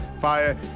fire